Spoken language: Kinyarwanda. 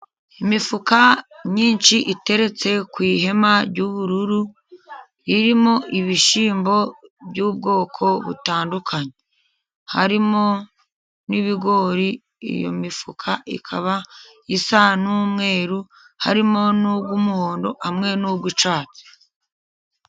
Imifuka myinshi iteretse ku ihema ry'ubururu, irimo ibishyimbo by'ubwoko butandukanye, harimo n'ibigori. Iyo mifuka ikaba isa n'umweru, harimo n'uw'umuhondo hamwe n'uw'icyatsi.